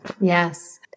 Yes